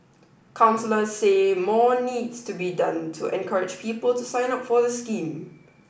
counsellors say more needs to be done to encourage people to sign up for the scheme